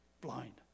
blind